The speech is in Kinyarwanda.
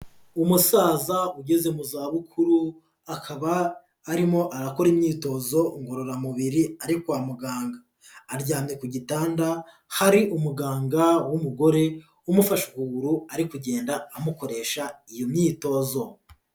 Umusaza ugeze mu zabukuru, akaba arimo arakora imyitozo ngororamubiri ari kwa muganga. Aryamye ku gitanda, hari umuganga w'umugore umufasha ukuguru ari kugenda amukoresha iyo myitozo.